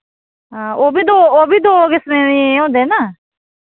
हां ओह् बी दो ओह् बी दो किस्में दे होंदे ना